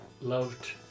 loved